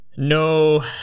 No